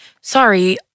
sorry